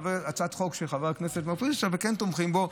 הצעת חוק של חבר הכנסת מהאופוזיציה וכן תומכים בה,